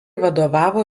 vadovavo